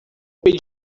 pedido